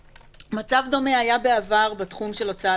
מצב דומה היה בעבר בתחום של ההוצאה